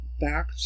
Back